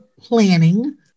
planning